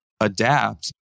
adapt